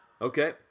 Okay